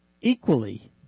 equally